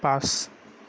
পাঁচ